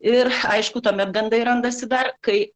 ir aišku tuomet gandai randasi dar kai